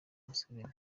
museveni